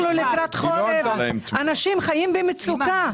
אנחנו לקראת חורף, אנשים חיים במצוקה.